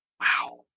Wow